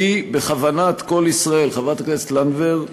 כי בכוונת "קול ישראל" חברת הכנסת לנדבר,